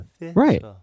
Right